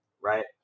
right